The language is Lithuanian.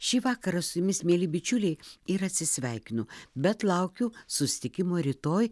šį vakarą su jumis mieli bičiuliai ir atsisveikinu bet laukiu susitikimo rytoj